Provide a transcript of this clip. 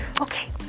Okay